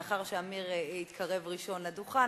מאחר שעמיר התקרב ראשון לדוכן,